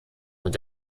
und